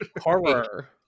horror